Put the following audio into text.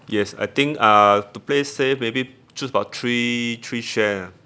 yes I think uh to play safe maybe choose about three three share ah